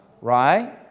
Right